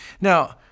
now